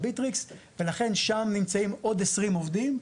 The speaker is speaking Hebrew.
ולכן שם נמצאים עוד 20 עובדים.